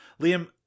Liam